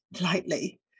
lightly